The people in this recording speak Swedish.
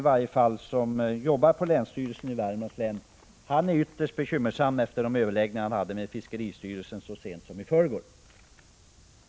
Projektledaren, som arbetar vid länsstyrelsen i Värmlands län, är som sagt ytterst bekymrad efter de överläggningar han hade med = Prot. 1985/86:140 fiskeristyrelsen så sent som i förrgår. 14 maj 1986